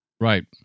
Right